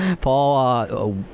Paul